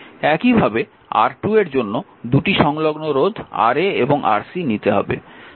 একইভাবে R2 এর জন্য দুটি সংলগ্ন রোধ Ra এবং Rc নিতে হবে